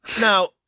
now